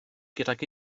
gydag